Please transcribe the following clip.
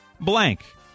blank